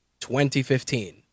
2015